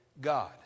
God